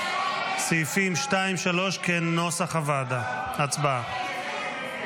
סעיפים 2 ו-3 כנוסח הוועדה, הצבעה.